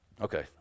Okay